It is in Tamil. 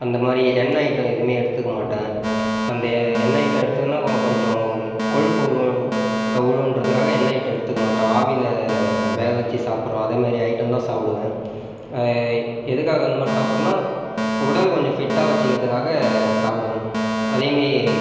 அந்த மாதிரி எண்ணெய் ஐட்டம் எதுவுமே எடுத்துக்க மாட்டேன் அந்த எண்ணெய் ஐட்டம் எடுத்துக்குனா கோ கொஞ்சம் கொழுப்பு உரு உழுவும்கின்றதுகாக எண்ணெய் ஐட்டம் எடுத்துக்க மாட்டோம் ஆவியில் வேக வச்சு சாப்பிட்றோம் அதை மாதிரி ஐட்டம் தான் சாப்பிடுவேன் எதுக்காக அந்த மாதிரி சாப்பிட்ணும்னா உடல் கொஞ்சம் ஃபிட்டாக வச்சுக்கறத்துக்காக சாப்புடுவேன் அதே மாதிரி